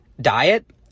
diet